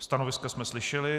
Stanoviska jsme slyšeli.